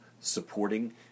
supporting